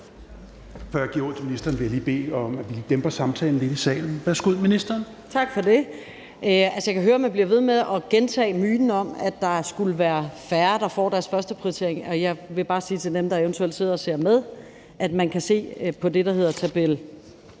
Kl. 10:51 Forhandling Børne- og undervisningsministeren (Pernille Rosenkrantz-Theil): Tak for det. Jeg kan høre, man bliver ved med at gentage myten om, at der skulle være færre, der får deres første prioritering. Og jeg vil bare sige til dem, der eventuelt sidder og ser med, at man kan se på det, der hedder tabel